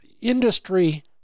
industry